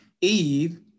Eve